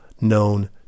known